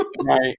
Right